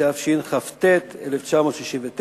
התשכ"ט 1969,